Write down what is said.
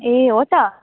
ए हो त